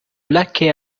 laquais